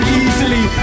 easily